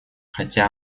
хотя